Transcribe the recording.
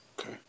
Okay